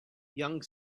young